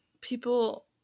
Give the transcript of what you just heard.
people